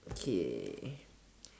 okay